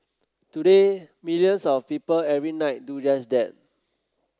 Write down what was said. today millions of people every night do just that